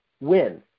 win